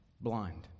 Blind